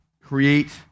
create